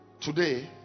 today